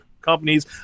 companies